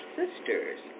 sisters